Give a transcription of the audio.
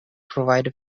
provide